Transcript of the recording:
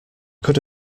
could